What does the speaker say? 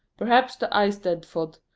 perhaps the eisteddfod,